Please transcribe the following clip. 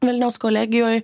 vilniaus kolegijoj